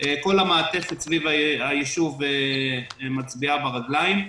כל המעטפת סביב הישוב מצביעה ברגליים.